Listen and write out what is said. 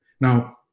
Now